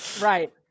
Right